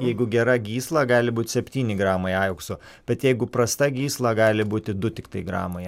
jeigu gera gysla gali būt septyni gramai aukso bet jeigu prasta gysla gali būti du tiktai gramai